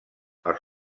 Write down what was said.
els